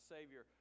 Savior